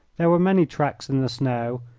there were many tracks in the snow,